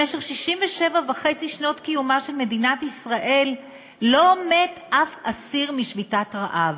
במשך 67.5 שנות קיומה של מדינת ישראל לא מת אף אסיר אחד משביתת רעב.